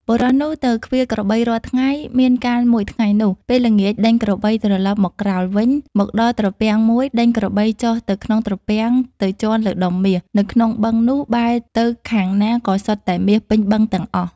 បុរសនោះទៅឃ្វាលក្របីរាល់ថ្ងៃមានកាលមួយថ្ងៃនោះ ពេលល្ងាចដេញក្របីត្រឡប់មកក្រោលវិញ មកដល់ត្រពាំងមួយដេញក្របីចុះទៅក្នុងត្រពាំងទៅជាន់លើដុំមាស នៅក្នុងបឹងនោះបែរទៅខាងណាក៏សុទ្ធតែមាសពេញបឹងទាំងអស់ ។